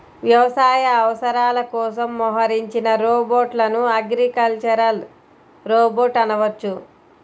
వ్యవసాయ అవసరాల కోసం మోహరించిన రోబోట్లను అగ్రికల్చరల్ రోబోట్ అనవచ్చు